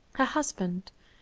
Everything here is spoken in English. her husband,